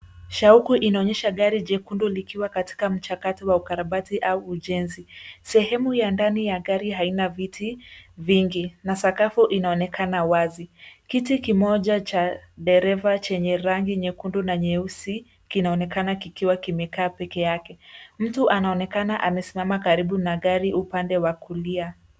Shauku inaonyesha gari jekundu likiwa katika mchakato wa ukarabati au ujenzi . Sehemu ya ndani ya gari haina viti vingi na sakafu inaonekana wazi. Kiti kimoja cha dereva chenye rangi nyekundu na nyeusi, kinaonekana kikiwa kimekaa peke yake. Mtu anaonekana amesimama karibu na gari upande wa kulia.